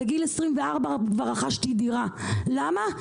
בגיל 24 כבר רכשתי דירה, למה?